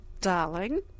darling